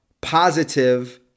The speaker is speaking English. positive